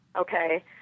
Okay